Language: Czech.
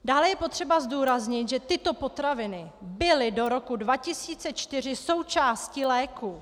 Dále je potřeba zdůraznit, že tyto potraviny byly do roku 2004 součástí léků.